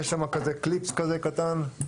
יש שם כזה קליפס כזה קטן.